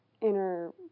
inner